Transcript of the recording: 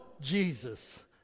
Jesus